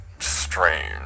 strange